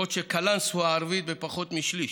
בעוד קלנסווה הערבית בפחות משליש,